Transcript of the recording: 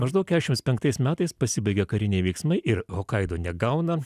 maždaug keturiasdešimt penktais metais pasibaigė kariniai veiksmai ir hokaido negauna